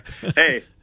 Hey